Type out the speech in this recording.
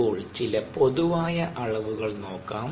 ഇപ്പോൾ ചില പൊതുവായ അളവുകൾ നോക്കാം